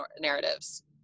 narratives